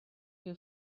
who